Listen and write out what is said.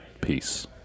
Peace